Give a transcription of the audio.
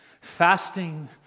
Fasting